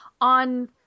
on